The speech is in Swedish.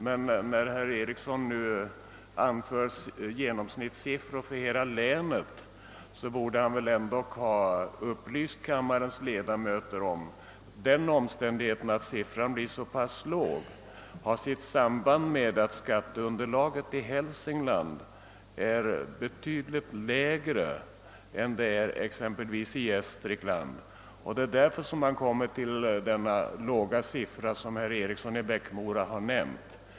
Men när herr Eriksson nu anför genomsnittssiffror för hela länet, så borde han ändå ha upplyst kammarens ledamöter om att den omständigheten att siffran blir så pass låg har sitt samband med att skatteunderlaget i Hälsingland är betydligt lägre än exempelvis i Gästrikland. Det är därför man kommer till den låga siffra som herr Eriksson i Bäckmora nämnde.